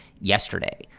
yesterday